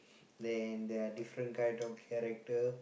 then there are different kind of character